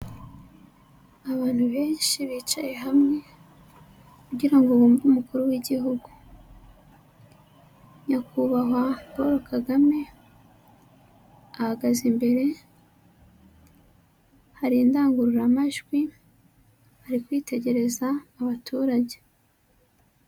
Abantu benshi bicaye hamwe kugira ngo bumve umukuru w'igihugu, nyakubahwa Paul Kagame ahagaze imbere, hari indangururamajwi ari kwitegereza abaturage.